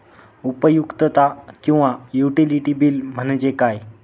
उपयुक्तता किंवा utility bill म्हणजे काय?